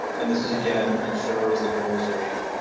and this is, again, it shows that there is a